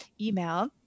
email